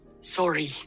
sorry